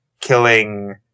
killing